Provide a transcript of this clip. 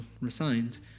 resigned